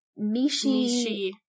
Mishi